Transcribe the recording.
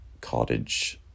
cottage